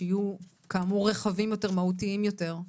שכאמור יהיו רחבים ומהותיים יותר,